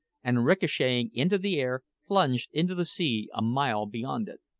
and ricochetting into the air, plunged into the sea a mile beyond it.